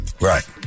Right